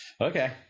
Okay